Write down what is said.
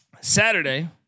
Saturday